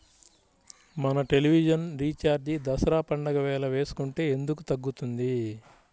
మన television recharge Dasara పండగ వేళ వేసుకుంటే ఎందుకు తగ్గుతుంది?